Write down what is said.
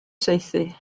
saethu